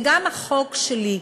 וגם החוק שלי,